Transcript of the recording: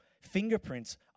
fingerprints